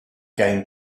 going